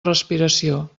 respiració